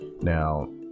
Now